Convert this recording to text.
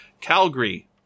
Calgary